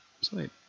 Sweet